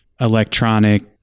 electronic